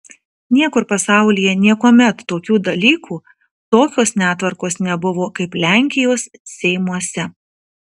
niekur pasaulyje niekuomet tokių dalykų tokios netvarkos nebuvo kaip lenkijos seimuose